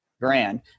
grand